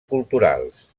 culturals